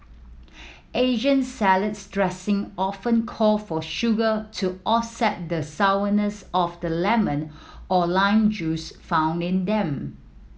Asian salads dressing often call for sugar to offset the sourness of the lemon or lime juice found in them